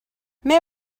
mais